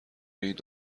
این